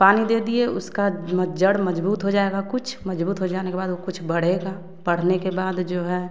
पानी दे दिए उसका जड़ मजबूत हो जाएगा कुछ मजबूत हो जाने के बाद वो कुछ बढ़ेगा बढ़ने के बाद जो हैं